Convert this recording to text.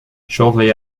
shortly